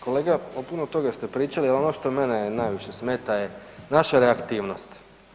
Kolega o puno toga ste pričali, ali ono što mene najviše smeta je naša reaktivnost.